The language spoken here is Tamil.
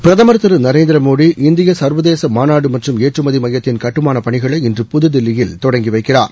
பிரதமர் திரு நரேந்திரமோடி சர்வதேச மாநாடு மற்றும் ஏற்றுமதி மையத்தின் கட்டுமான பணிகளை இன்று புதுதில்லியில் தொடங்கி வைக்கிறார்